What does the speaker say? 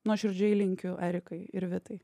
nuoširdžiai linkiu erikai ir vitai